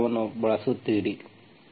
ರೂಪಾಂತರವನ್ನು ಬಳಸುತ್ತೀರಿ